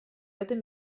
этом